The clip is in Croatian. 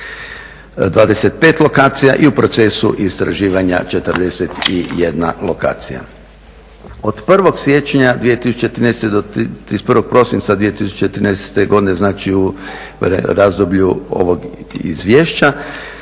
25 lokacija i u procesu istraživanja 41 lokacija. Od 1. siječnja 2013. do 31. prosinaca 2013. godine, znači u razdoblju ovog izvješća